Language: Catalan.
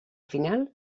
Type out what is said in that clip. final